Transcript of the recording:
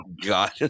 God